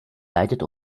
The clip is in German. leidet